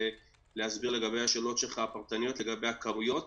להסביר לגבי השאלות הפרטניות שלך לגבי הכמויות